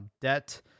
debt